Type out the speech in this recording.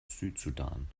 südsudan